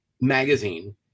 magazine